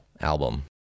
album